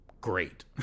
great